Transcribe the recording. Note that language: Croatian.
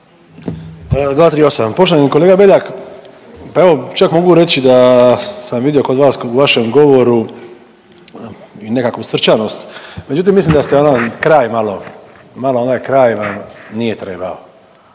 238., poštovani kolega Beljak, pa evo čak mogu reći da sam vidio kod vas u vašem govoru i nekakvu srčanost, međutim mislim da ste ono kraj malo, malo onaj kraj vam nije trebao,